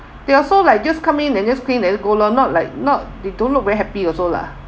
they also like just come in and just clean then go lor not like not they don't look very happy also lah